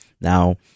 now